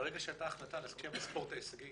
ברגע שהיתה החלטה להשקיע בספורט ההישגי